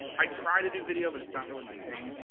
i try to do video but it's not really my thing.